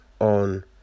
On